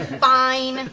fine.